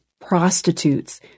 prostitutes